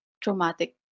traumatic